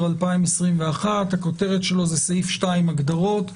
2021. הכותרת שלו היא "סעיף 2 הגדרות".